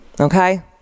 Okay